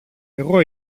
εγώ